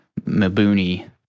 Mabuni